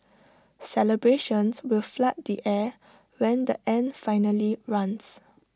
celebrations will flood the air when the end finally runs